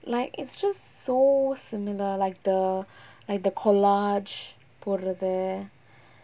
like it's just so similar like the like the collage போடுறது:podurathu